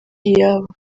yabo